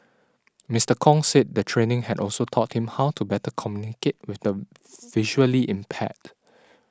Mister Kong said the training had also taught him how to better communicate with the visually impaired